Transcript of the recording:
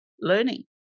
learning